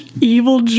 Evil